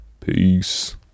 peace